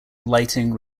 lighting